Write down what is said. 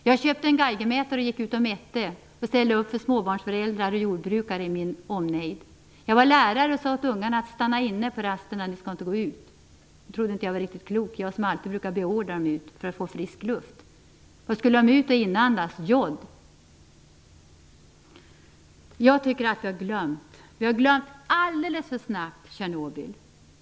Jag köpte en geigermätare, gick ut och mätte och ställde upp för småbarnsföräldrar och jordbrukare i min omnejd. Jag var lärare och talade om för barnen att stanna inne på rasterna. De trodde inte jag var riktigt klok, jag som alltid brukade beordra dem att gå ut för att få frisk luft. Skulle de ut och inandas jod? Jag tycker att vi har glömt Tjernobyl alldeles för snabbt.